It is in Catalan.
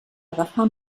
agafar